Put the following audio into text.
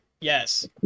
Yes